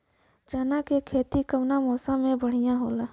चना के खेती कउना मौसम मे बढ़ियां होला?